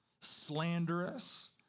slanderous